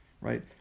right